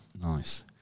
Nice